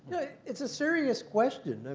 it's a serious question.